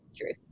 truth